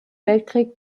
weltkrieg